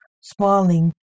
smiling